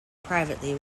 privately